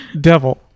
Devil